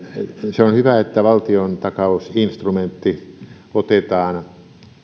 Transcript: se on hyvä että valtiontakausinstrumentti otetaan